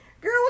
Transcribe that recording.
girl